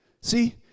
See